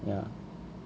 ya